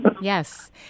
Yes